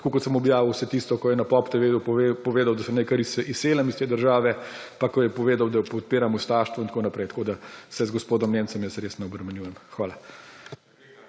Tako kot sem objavil vse tisto, ko je na Pop TV povedal, da se naj kar izselim iz te države, pa ko je povedal, da podpiram ustaštvo in tako naprej. Tako da se z gospodom Nemcem jaz res ne obremenjujem. Hvala.